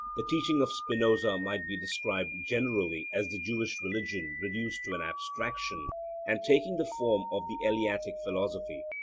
the teaching of spinoza might be described generally as the jewish religion reduced to an abstraction and taking the form of the eleatic philosophy.